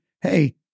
Hey